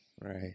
Right